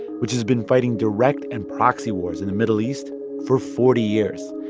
which has been fighting direct and proxy wars in the middle east for forty years.